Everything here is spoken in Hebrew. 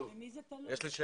יש לי שאלה.